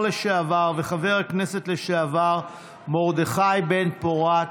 לשעבר וחבר הכנסת לשעבר מרדכי בן-פורת.